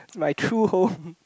my true home